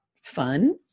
fun